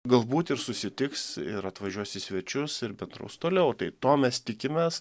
galbūt ir susitiks ir atvažiuos į svečius ir bendraus toliau tai to mes tikimės